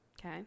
okay